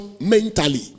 mentally